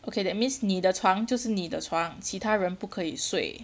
okay that means 你的床就是你的床其他人不可以睡